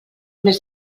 més